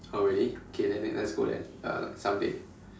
oh really okay then then let's go there and uh like someday